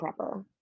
prepper